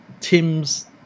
Tim's